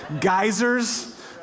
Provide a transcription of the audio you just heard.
geysers